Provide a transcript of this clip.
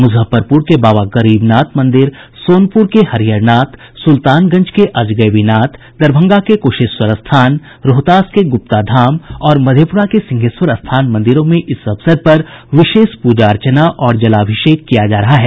मुजफ्फरपुर के बाबा गरीबनाथ मंदिर सोनपुर के हरिहरनाथ सुल्तानगंज के अजगैबीनाथ दरभंगा के कुशेश्वर स्थान रोहतास के गुप्ताधाम और मधेपुरा के सिंहेश्वर स्थान मंदिरों में इस अवसर पर विशेष प्रजा अर्चना और जलाभिषेक किया जा रहा है